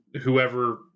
whoever